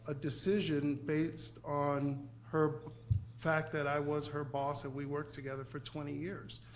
ah decision based on her fact that i was her boss and we worked together for twenty years?